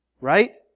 Right